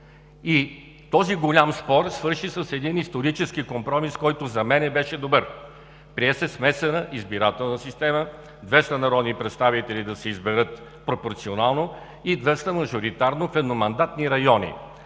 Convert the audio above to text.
Този голям спор свърши с един исторически компромис, който за мен беше добър – прие се смесена избирателна система: 200 народни представители да се изберат пропорционално и 200 мажоритарно в едномандатни райони